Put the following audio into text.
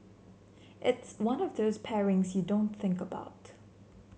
it's one of those pairings you don't think about